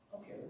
Okay